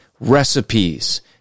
recipes